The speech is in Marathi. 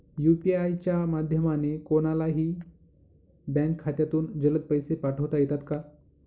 यू.पी.आय च्या माध्यमाने कोणलाही बँक खात्यामधून जलद पैसे पाठवता येतात का?